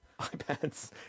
ipads